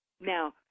Now